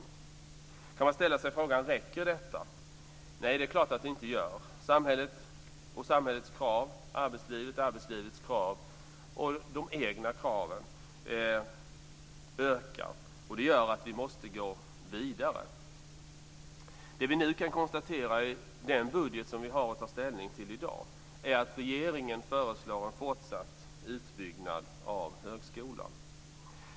Då kan man ställa sig frågan om detta räcker. Nej, det är klart att det inte gör. Samhällets krav, arbetslivets krav och de egna kraven ökar. Det gör att vi måste gå vidare. Vi kan nu konstatera att regeringen föreslår en fortsatt utbyggnad av högskolan i den budget som vi har att ta ställning till i dag.